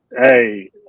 Hey